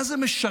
את מה זה משרת,